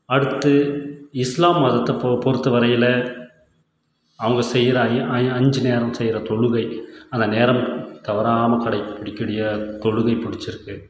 அடுத்து இஸ்லாம் மதத்தை பொ பொறுத்த வரையில் அவங்க செய்கிற அன்யா அய் அஞ்சு நேரம் செய்கிற தொழுகை அந்த நேரம் தவறாமல் கடைப்பிடிக்கக்கூடிய தொழுகை பிடிச்சிருக்கு